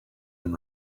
and